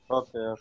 okay